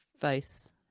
face